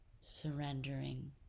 Surrendering